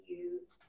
use